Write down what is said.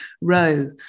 row